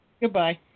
Goodbye